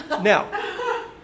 Now